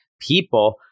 people